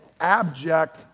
abject